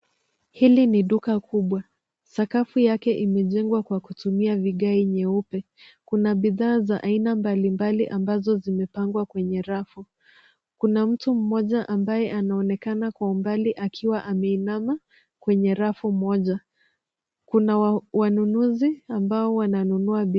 Hili ni duka kubwa . Sakafu yake imejengwa kwa kutumia vigae nyeupe. Kuna bidhaa za aina mbalimbali ambazo zimepangwa kwenye rafu. Kuna mtu mmoja ambaye anaonekana kwa umbali akiwa ameinama kwenye rafu moja. Kuna wanunuzi ambao wananunua bidhaa.